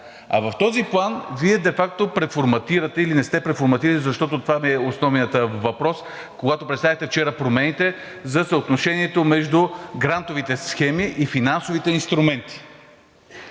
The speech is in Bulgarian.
а в този план Вие де факто преформатирате или не сте преформатирали, защото това ми е основният въпрос, когато представихте вчера промените за съотношението между грантовите схеми и финансовите инструменти.